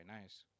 nice